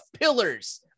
pillars